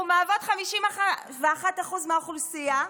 אנחנו מהוות 51% מהאוכלוסייה,